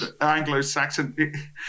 anglo-saxon